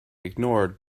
ignored